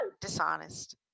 dishonest